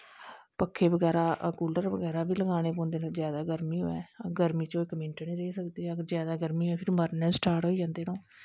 पक्खे बगैरा कूलर बगैरा बी लगानें पौंदे न अगर जादा गर्मी होऐ गर्मीं च इक मिन्ट नी रेही सकदे न अगर जादा गर्मीं होऐ मरनां बी स्टार्ट होई जंदे न ओह्